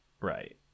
Right